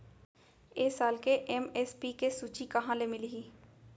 ए साल के एम.एस.पी के सूची कहाँ ले मिलही?